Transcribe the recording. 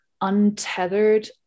untethered